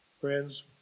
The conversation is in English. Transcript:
Friends